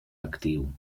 actiu